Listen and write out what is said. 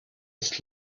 ist